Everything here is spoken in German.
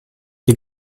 die